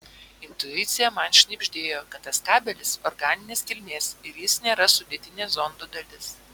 intuicija man šnibždėjo kad tas kabelis organinės kilmės ir jis nėra sudėtinė zondo dalis